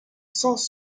sans